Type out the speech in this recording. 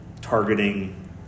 targeting